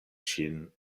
ŝin